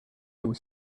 was